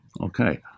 Okay